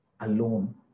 alone